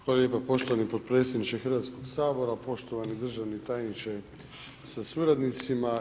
Hvala lijepo poštovani podpredsjedniče Hrvatskog sabora, poštovani državni tajniče sa suradnicima.